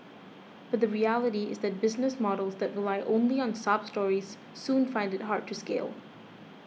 but the reality is that business models that only rely on sob stories soon find it hard to scale